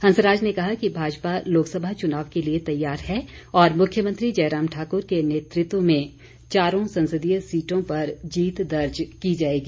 हंसराज ने कहा कि भाजपा लोकसभा चुनाव के लिए तैयार है और मुख्यमंत्री जयराम ठाकुर के नेतृत्व में चारों संसदीय सीटों पर जीत दर्ज की जाएगी